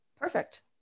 Perfect